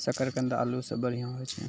शकरकंद आलू सें बढ़िया होय छै